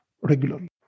regularly